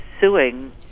suing